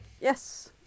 Yes